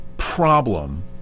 Problem